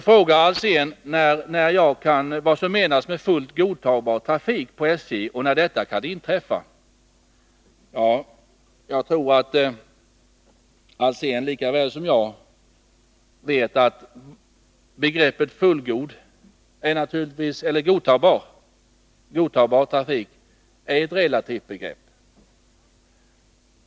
Hans Alsén frågade vad som menas med fullt godtagbar trafik på SJ och när sådana förhållanden kan anses föreligga. Jag tror att Hans Alsén lika väl som jag vet att begreppet godtagbar trafik är relativt.